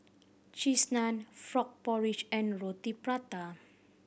Cheese Naan frog porridge and Roti Prata